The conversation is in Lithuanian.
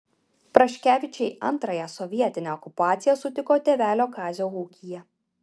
praškevičiai antrąją sovietinę okupaciją sutiko tėvelio kazio ūkyje